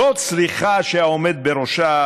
לא צריכה שהעומד בראשה,